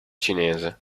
cinese